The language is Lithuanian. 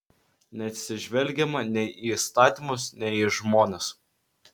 neatsižvelgiama nei į įstatymus nei į žmones